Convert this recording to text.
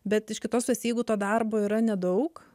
bet iš kitos pusės jeigu to darbo yra nedaug